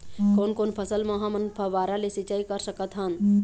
कोन कोन फसल म हमन फव्वारा ले सिचाई कर सकत हन?